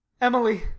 Emily